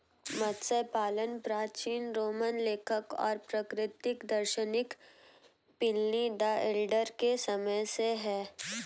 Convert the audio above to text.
मत्स्य पालन प्राचीन रोमन लेखक और प्राकृतिक दार्शनिक प्लिनी द एल्डर के समय से है